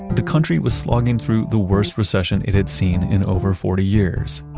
the country was slogging through the worst recession it had seen in over forty years.